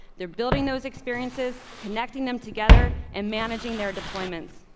they're building those experiences connecting them together and managing their deployments.